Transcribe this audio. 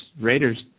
Raiders